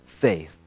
faith